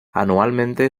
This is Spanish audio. anualmente